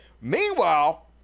meanwhile